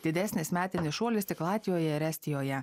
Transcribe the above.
didesnis metinis šuolis tik latvijoje ir estijoje